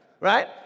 Right